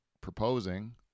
proposing